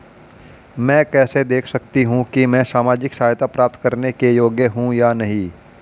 मैं कैसे देख सकती हूँ कि मैं सामाजिक सहायता प्राप्त करने के योग्य हूँ या नहीं?